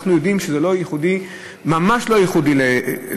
אנחנו יודעים שזה ממש לא ייחודי לשדרות.